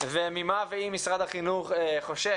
וממה משרד החינוך חושש,